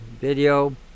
video